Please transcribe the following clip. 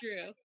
true